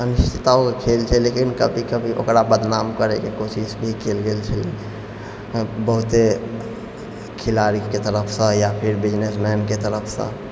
अनिश्चितताओं का खेल छै लेकिन कभी कभी ओकरा बदनाम करैके कोशिश भी कएल गेल छै बहुते खिलाड़ीके तरफसँ या फेर बिजनेसमैनके तरफसँ